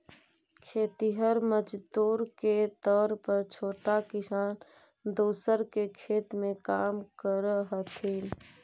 खेतिहर मजदूर के तौर पर छोटा किसान दूसर के खेत में काम करऽ हथिन